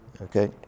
Okay